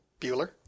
Bueller